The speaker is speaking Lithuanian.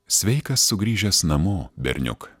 sveikas sugrįžęs namo berniuk